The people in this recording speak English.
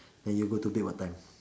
then you go to bed what time